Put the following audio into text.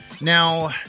Now